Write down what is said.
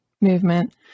movement